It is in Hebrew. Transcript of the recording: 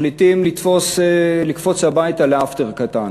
מחליטים לקפוץ הביתה ל"אפטר" קטן.